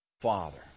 father